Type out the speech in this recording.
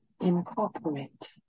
incorporate